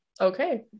Okay